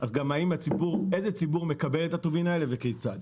אז איזה ציבור מקבל את הטובין הזה וכיצד?